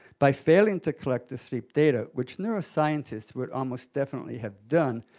by failing to collect the sleep data which neuroscientists would almost definitely have done,